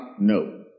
no